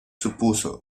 supuso